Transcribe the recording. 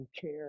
care